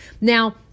Now